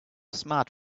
smart